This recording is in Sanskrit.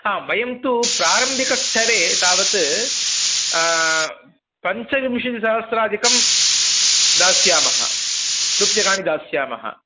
वयं तु प्रारम्भिकस्थरे तावत् पञ्चविंशतिसहस्राधिकं दास्यामः रूप्यकाणि दास्यामः